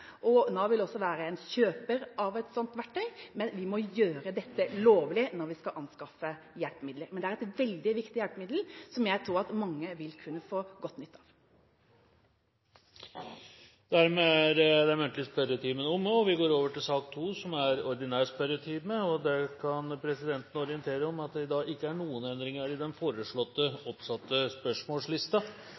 og Nav vil også være kjøper av et slikt verktøy, men vi må gjøre dette lovlig når vi skal anskaffe hjelpemidler. Det er et veldig viktig hjelpemiddel som jeg tror at mange vil kunne få god nytte av. Dermed er den muntlige spørretimen omme. «I februar 2013 oppnemnde Miljøverndepartementet medlemar i nasjonalparkstyret for Skarvan og Roltdalen nasjonalpark. I styret er ordførarane frå dei fire kommunane, to representantar for fylkestinga og tre representantar for Sametinget. Det er